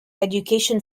education